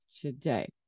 today